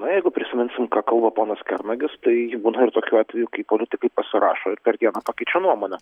na jeigu prisiminsim ką kalba ponas kernagis tai būna ir tokių atvejų kai politikai pasirašo ir per dieną pakeičia nuomonę